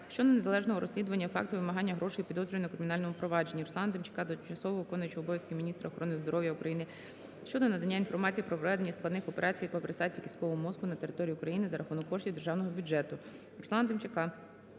щодо належного розслідування факту вимагання грошей у підозрюваного у кримінальному провадженні. Руслана Демчака до тимчасово виконуючої обов'язки міністра охорони здоров'я України щодо надання інформації про проведення складних операцій по пересадці кісткового мозку на території України за рахунок коштів державного бюджету.